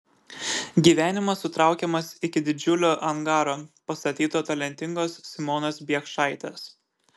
gyvenimas sutraukiamas iki didžiulio angaro pastatyto talentingos simonos biekšaitės